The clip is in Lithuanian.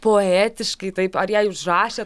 poetiškai taip ar jai užrašė